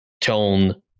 tone